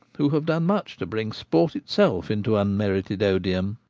who have done much to bring sport itself into unmerited odium.